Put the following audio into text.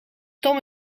tom